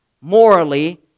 morally